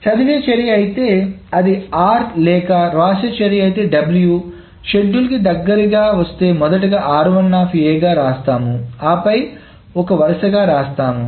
చదివే చర్య అయితే అది r లేక వ్రాసే చర్య అయితే w షెడ్యూల్ దగ్గరకి వస్తే మొదటగా గా రాస్తాము ఆపై ఒక వరుసగా రాస్తాము